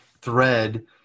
thread